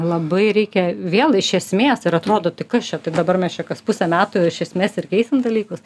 labai reikia vėl iš esmės ir atrodo tai kas čia tai dabar mes čia kas pusę metų iš esmės ir keisim dalykus